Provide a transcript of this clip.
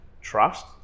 trust